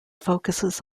focuses